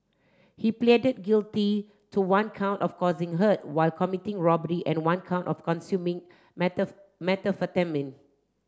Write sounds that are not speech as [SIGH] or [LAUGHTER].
he pleaded guilty to one count of causing hurt while committing robbery and one count of consuming [UNINTELLIGIBLE] methamphetamine